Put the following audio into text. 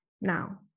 now